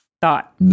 thought